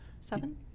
Seven